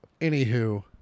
Anywho